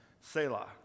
Selah